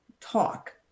talk